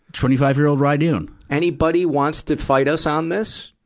twenty-five-year-old ry doon. anybody wants to fight us on this,